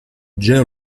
geo